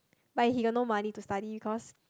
but he got no money to study because